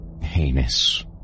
heinous